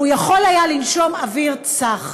והוא היה יכול לנשום אוויר צח.